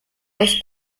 aus